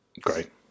Great